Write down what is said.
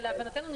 להבנתנו,